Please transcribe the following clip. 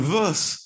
verse